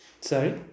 Sorry